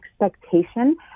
expectation